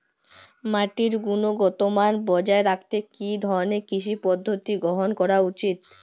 মাটির গুনগতমান বজায় রাখতে কি ধরনের কৃষি পদ্ধতি গ্রহন করা উচিৎ?